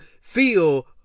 feel